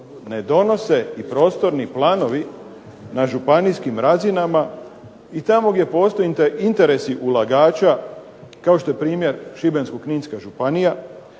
ne donose i prostorni planovi na županijskim razinama i tamo gdje postoje interesi ulagača, kao što je primjer Šibensko-kninska županija